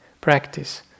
practice